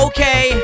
Okay